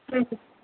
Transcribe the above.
हं हं